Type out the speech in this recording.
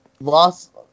lost